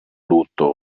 lutto